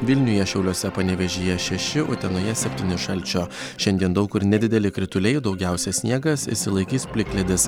vilniuje šiauliuose panevėžyje šeši utenoje septyni šalčio šiandien daug kur nedideli krituliai daugiausia sniegas išsilaikys plikledis